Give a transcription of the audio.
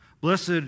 Blessed